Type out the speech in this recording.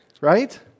right